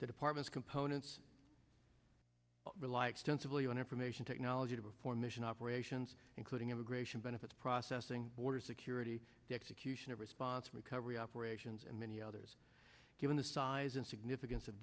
departments components rely extensively on information technology to perform mission operations including immigration benefits processing border security the execution of response recovery operations and many others given the size and significance of